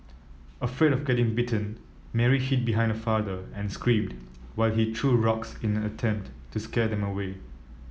afraid of getting bitten Mary hid behind her father and screamed while he threw rocks in an attempt to scare them away